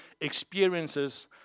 experiences